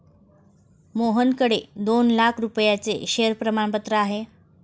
मोहनकडे दोन लाख रुपयांचे शेअर प्रमाणपत्र आहे